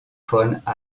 von